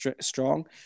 strong